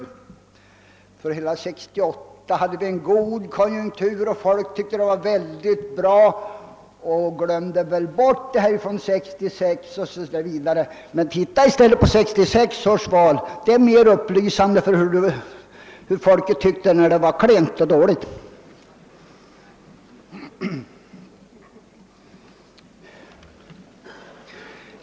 Under hela år 1968 hade vi en god konjunktur, och folk tyckte att det var väldigt bra och glömde väl bort hur det hade varit t.ex. år 1966. Titta i stället på utgången av 1966 års val — det är mer upplysande om vad folk tyckte när det var klent och dåligt!